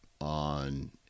on